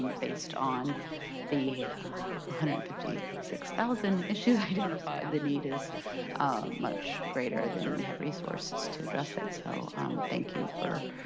based on the hundred and fifty six thousand issues identified, the need is much greater than we have resources to address it. so um thank you for